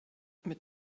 mit